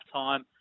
time